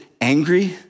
angry